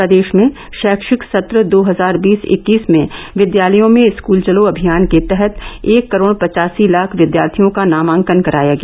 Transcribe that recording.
प्रदेश में शैक्षिक सत्र दो हजार बीस इक्कीस में विद्यालयों में स्कूल चलो अभियान के तहत एक करोड़ पच्चासी लाख विद्यार्थियों का नामांकन कराया गया